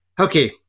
okay